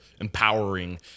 empowering